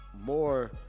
more